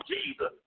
Jesus